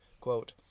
Quote